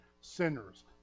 sinners